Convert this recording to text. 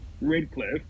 Redcliffe